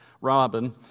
Robin